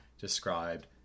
described